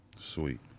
Sweet